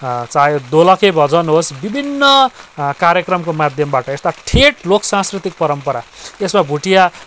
चाहे दोलखे भजन होस् विभिन्न कार्यक्रमको माध्यमबाट यस्ता ठेट लोक सांस्कृतिक परम्परा यसमा भुटिया